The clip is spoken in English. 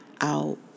out